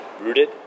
rooted